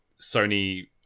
Sony